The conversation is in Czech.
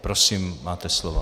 Prosím, máte slovo.